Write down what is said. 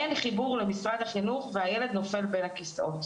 אין חיבור למשרד החינוך והילד נופל בין הכיסאות.